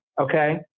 Okay